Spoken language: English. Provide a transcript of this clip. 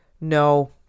no